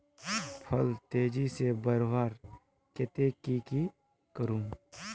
फल तेजी से बढ़वार केते की की करूम?